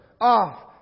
off